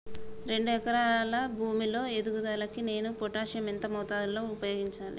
రెండు ఎకరాల భూమి లో ఎదుగుదలకి నేను పొటాషియం ఎంత మోతాదు లో ఉపయోగించాలి?